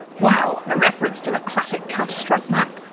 wow, a reference to a classic counter-strike map!